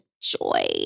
joy